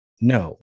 no